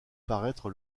paraître